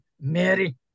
Mary